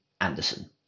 Anderson